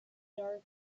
dark